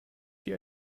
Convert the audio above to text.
die